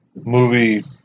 movie